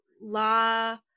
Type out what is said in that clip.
la